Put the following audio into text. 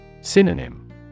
Synonym